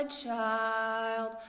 child